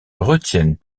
retiennent